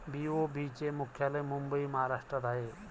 BOB चे मुख्यालय मुंबई महाराष्ट्रात आहे